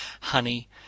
honey